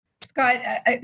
Scott